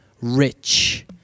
rich